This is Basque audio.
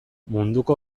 munduko